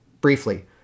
Briefly